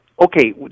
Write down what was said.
Okay